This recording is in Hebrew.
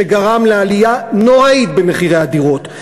שגרם לעלייה נוראית במחירי הדירות.